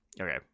Okay